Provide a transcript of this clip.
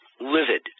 livid